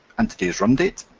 and today's run date.